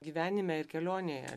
gyvenime ir kelionėje